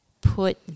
put